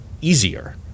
easier